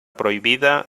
prohibida